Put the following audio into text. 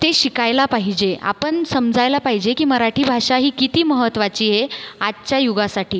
ते शिकायला पाहिजे आपण समजायला पाहिजे की मराठी भाषा ही किती महत्वाची हे आजच्या युगासाठी